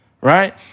right